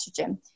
estrogen